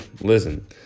Listen